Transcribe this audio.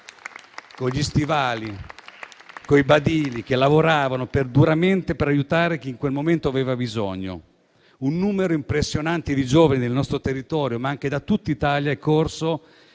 con gli stivali, con i badili, che lavoravano duramente per aiutare chi in quel momento aveva bisogno. Un numero impressionante di giovani del nostro territorio, ma anche da tutta Italia, è corso